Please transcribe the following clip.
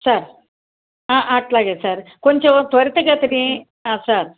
sir అలాగే sir కొంచెం త్వరితగతిన సార్